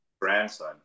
grandson